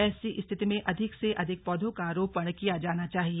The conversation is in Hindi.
ऐसी स्थित में अधिक से अधिक पौधों का रोपण किया जाना चाहिए